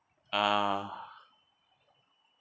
uh